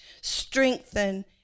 strengthen